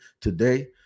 today